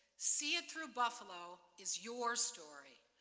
see it through buffalo is your story.